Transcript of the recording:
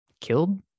killed